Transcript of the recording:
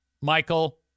Michael